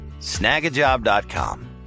Snagajob.com